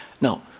Now